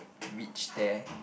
reach there